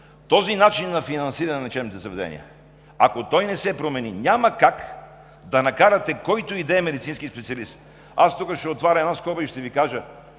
този начин на финансиране на лечебните заведения, ако той не се промени, няма как да накарате, който и да е медицински специалист… Тук ще отворя скоба и ще Ви кажа: